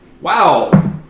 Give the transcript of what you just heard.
Wow